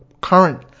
current